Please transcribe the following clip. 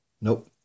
Nope